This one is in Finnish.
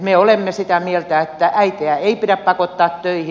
me olemme sitä mieltä että äitejä ei pidä pakottaa töihin